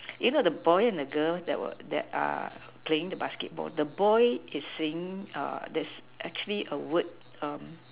you know the boy and the girl that were that are playing the basketball the boy is seeing err this actually a word um